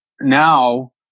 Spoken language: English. now